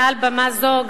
מעל במה זו,